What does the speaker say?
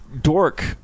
Dork